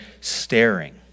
staring